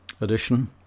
edition